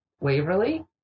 Waverly